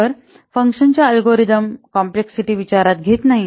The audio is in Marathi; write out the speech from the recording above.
तर फंक्शनची अल्गोरिदम कॉम्प्लेक्सिटी विचारात घेत नाही